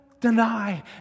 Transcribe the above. deny